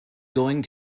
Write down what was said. going